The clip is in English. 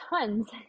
tons